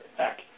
back